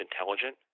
intelligent